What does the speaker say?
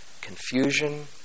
confusion